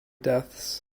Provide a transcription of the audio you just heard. deaths